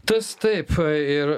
tas taip ir